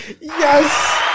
Yes